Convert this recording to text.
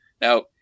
Now